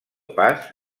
pas